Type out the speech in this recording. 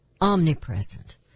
omnipresent